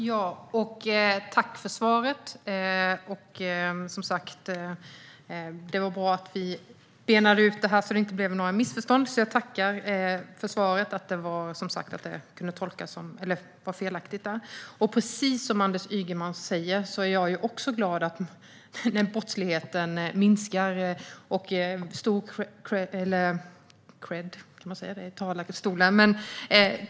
Fru talman! Jag tackar statsrådet för svaret. Det var bra att vi benade ut detta så att det inte blev några missförstånd. Precis som Anders Ygeman säger är också jag glad över att denna brottslighet minskar.